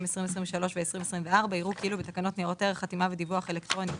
2023 ו-2024 יראו כאילו בתקנות ניירות ערך (חתימה ודיווח אלקטרוני),